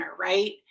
right